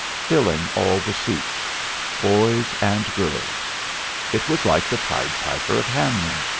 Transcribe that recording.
filling all the seats boys and girls it was like the pied piper of hamelin.